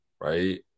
right